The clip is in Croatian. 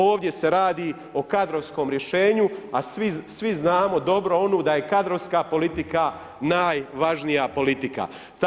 Ovdje se radi o kadrovskom riješenu, a svi znamo dobro onu, da je kadrovska politika najvažnija politika.